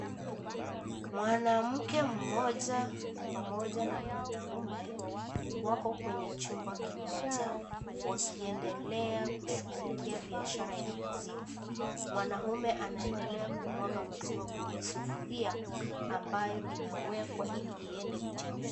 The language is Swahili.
Mwanamke mmoja pamoja na mwanaume, wako kwenye chumba kimoja. Wakiendelea kushughlikia biashara ya maziwa. Mwanaume anaendelea kumwaga maziwa, kwenye sufuria ambayo inawekwa iende kuchemsha.